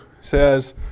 says